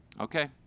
Okay